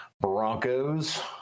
Broncos